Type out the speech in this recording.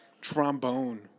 trombone